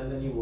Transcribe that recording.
imagine